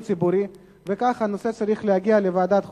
ציבורי והנושא צריך להגיע לוועדת החוקה.